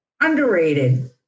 underrated